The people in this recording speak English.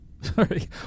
Sorry